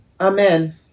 Amen